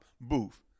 booth